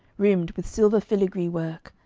rimmed with silver filigree-work,